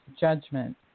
judgment